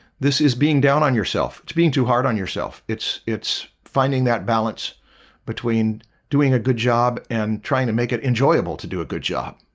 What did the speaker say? this is being down on yourself. it's being too hard on yourself. it's it's finding that balance between doing a good job and trying to make it enjoyable to do a good job.